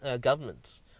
governments